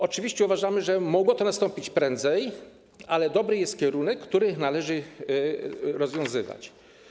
Oczywiście uważamy, że mogło to nastąpić prędzej, ale dobry jest kierunek, w którym należy podążać.